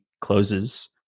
closes